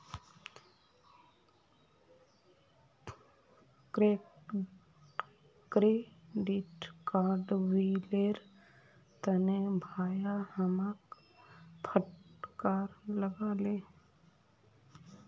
credit card बिलेर तने भाया हमाक फटकार लगा ले